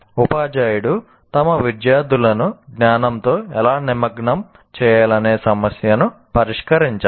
ఉపాధ్యాయుడు తమ విద్యార్థులను జ్ఞానంతో ఎలా నిమగ్నం చేయాలనే సమస్యను పరిష్కరించాలి